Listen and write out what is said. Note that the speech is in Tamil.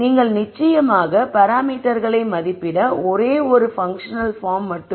நீங்கள் நிச்சயமாக பாராமீட்டர்களை மதிப்பிட ஒரே ஒரு பன்க்ஷனல் பார்ம் மட்டுமே